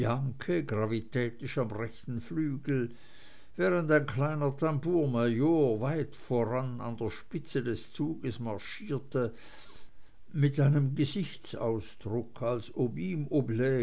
am rechten flügel während ein kleiner tambourmajor weit voran an der spitze des zuges marschierte mit einem gesichtsausdruck als ob ihm